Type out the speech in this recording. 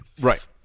right